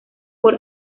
por